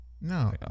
No